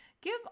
Give